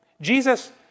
Jesus